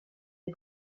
des